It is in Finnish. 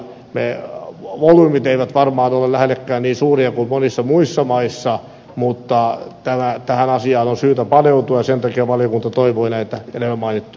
volyymit eivät varmaan ole lähellekään niin suuria kuin monissa muissa maissa mutta tähän asiaan on syytä paneutua ja sen takia valiokunta toivoi näitä edellä mainittuja toimenpiteitä